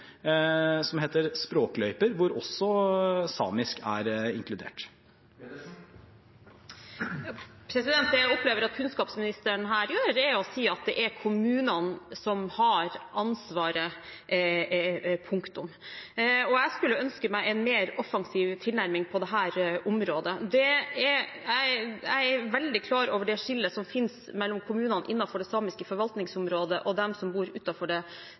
som heter Språkløyper, hvor også samisk er inkludert. Det jeg opplever at kunnskapsministeren her gjør, er å si at det er kommunene som har ansvaret – punktum. Jeg ønsker meg en mer offensiv tilnærming på dette området. Jeg er veldig klar over det skillet som finnes mellom kommunene innenfor det samiske forvaltningsområdet og de som er utenfor det samiske forvaltningsområdet. Saken i dag er at mange samiske barnefamilier bor i de større byene utenfor det